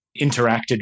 interacted